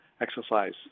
exercise